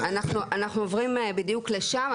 יפה, אנחנו עוברים בדיוק לשם.